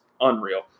unreal